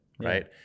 Right